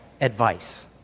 advice